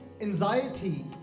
anxiety